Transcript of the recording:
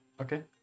Okay